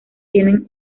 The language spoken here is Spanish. tienen